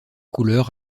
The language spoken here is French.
couleur